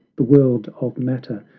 the world of matter,